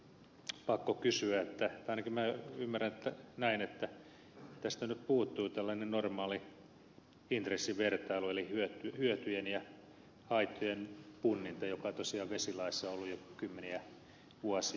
on pakko kysyä tai ainakin minä ymmärrän näin että tästä nyt puuttuu tällainen normaali intressivertailu eli hyötyjen ja haittojen punninta joka tosiaan vesilaissa on ollut jo kymmeniä vuosia